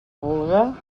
vulga